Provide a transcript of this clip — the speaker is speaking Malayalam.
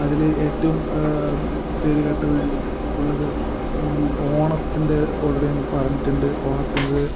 അതിൽ ഏറ്റവും പേരുകേട്ടത് ഉള്ളത് ഓണത്തിൻ്റെ ഓൾറെഡി നമ്മൾ പറഞ്ഞിട്ടുണ്ട് ഓണത്തിന്